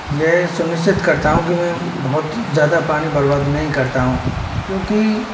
यह सुनिश्चित करता हूँ कि मैं बहुत ज़्यादा पानी बर्बाद नहीं करता हूँ क्योंकि